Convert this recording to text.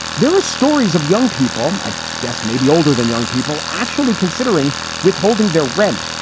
there are stories of young people, i guess maybe older than young people actually considering withholding their rent.